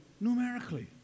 numerically